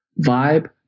vibe